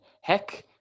Heck